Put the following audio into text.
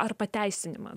ar pateisinimą